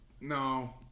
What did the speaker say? No